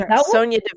Sonia